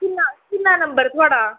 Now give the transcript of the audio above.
किन्ना किन्ना नंबर थुआढ़ा